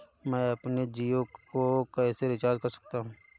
मैं अपने जियो को कैसे रिचार्ज कर सकता हूँ?